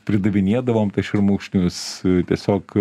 pridavinėdavom šermukšnius tiesiog